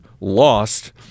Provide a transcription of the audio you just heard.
lost